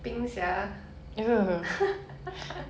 冰侠